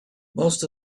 most